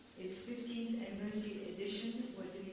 it's fifteenth anniversary edition was